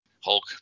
Hulk